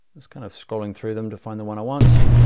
just kind of scrolling through them to find the one i want.